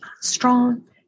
strong